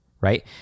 right